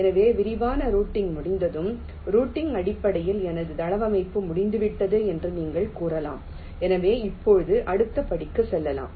எனவே விரிவான ரூட்டிங் முடிந்ததும் ரூட்டிங் அடிப்படையில் எனது தளவமைப்பு முடிந்துவிட்டது என்று நீங்கள் கூறலாம் எனவே இப்போது அடுத்த படிக்குச் செல்லலாம்